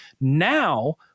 Now